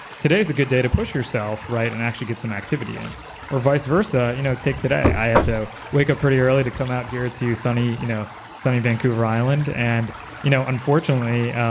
today is a good day to push yourself and actually get some activity in or vice versa you know take today, i had to wake up pretty early to come out here to sunny you know sunny vancouver island and you know unfortunately,